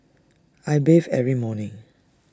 I bathe every morning